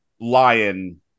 lion